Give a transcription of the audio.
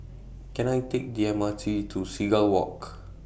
Can I Take The M R T to Seagull Walk